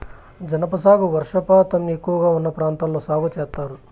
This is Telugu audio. జనప సాగు వర్షపాతం ఎక్కువగా ఉన్న ప్రాంతాల్లో సాగు చేత్తారు